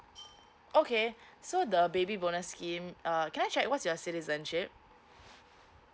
okay so the baby bonus scheme err can I check what's your citizenship